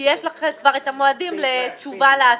כי יש לכם כבר את המועדים לתשובה להשגה.